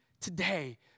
Today